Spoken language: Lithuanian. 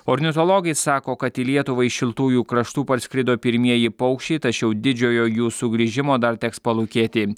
ornitologai sako kad į lietuvą iš šiltųjų kraštų parskrido pirmieji paukščiai tačiau didžiojo jų sugrįžimo dar teks palūkėti